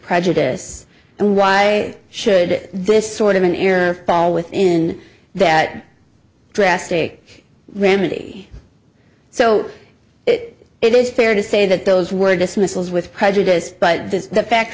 prejudice and why should this sort of an ear fall within that drastic remedy so it it is fair to say that those were dismissals with prejudice but does the fact